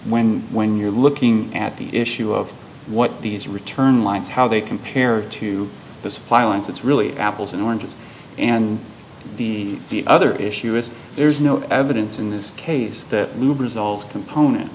when when you're looking at the issue of what these return lines how they compare to the supply lines it's really apples and oranges and the other issue is there's no evidence in this case that noob results component